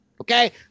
Okay